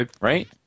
Right